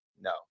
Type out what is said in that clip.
No